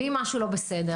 ואם משהו לא בסדר?